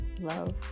love